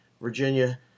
Virginia